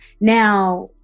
Now